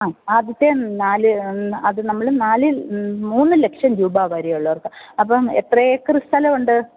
ആ ആദ്യത്തെ നാല് ആദ്യം നമ്മൾ നാല് മൂന്ന് ലക്ഷം രൂപാ വരെയുള്ളവർക്ക് അപ്പം എത്ര ഏക്കർ സ്ഥലമുണ്ട്